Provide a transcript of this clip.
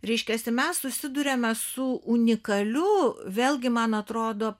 reiškiasi mes susiduriame su unikaliu vėlgi man atrodo